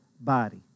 body